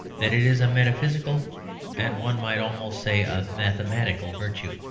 that it is a metaphysical and, one might almost say, a mathematical virtue.